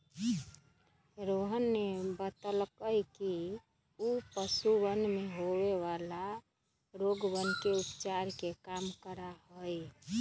रोहन ने बतल कई कि ऊ पशुवन में होवे वाला रोगवन के उपचार के काम करा हई